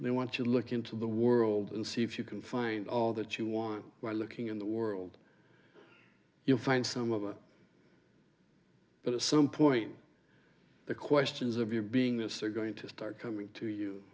and they want to look into the world and see if you can find all that you want by looking in the world you'll find some of it but at some point the questions of you being this are going to start coming to you